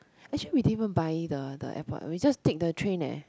actually we didn't even buy the the airport we just take the train leh